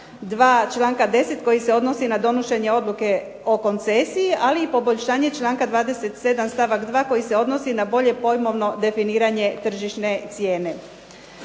2. članka 10. koji se odnosi na donošenje odluke o koncesiji, ali i poboljšanje članka 27. stavak 2. koji se odnosi na bolje pojmovno definiranje tržišne cijene.